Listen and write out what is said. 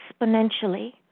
exponentially